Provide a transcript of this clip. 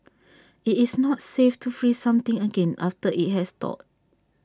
IT is not safe to freeze something again after IT has thawed